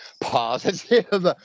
positive